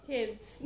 Kids